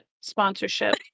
sponsorship